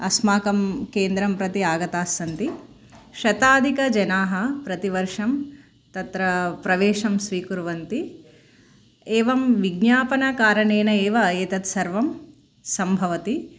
अस्माकं केन्द्रं प्रति आगताः सन्ति शतादिकजनाः प्रतिवर्षं तत्र प्रवेशं स्वीकुर्वन्ति एवं विज्ञापनकारणेन एव एतत्सर्वं सम्भवति